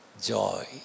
Joy